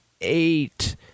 eight